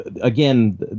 again